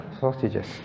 Sausages